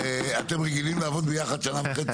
אתם רגילים לעבוד ביחד שנה וחצי,